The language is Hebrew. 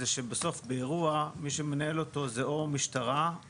זה שבסוף באירוע מי שמנהל אותו זה או משטרה,